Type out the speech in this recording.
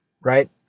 right